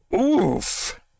Oof